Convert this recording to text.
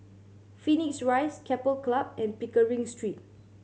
Phoenix Rise Keppel Club and Pickering Street